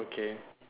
okay